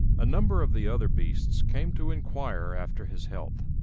a number of the other beasts came to inquire after his health,